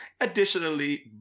Additionally